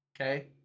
okay